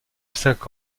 cinq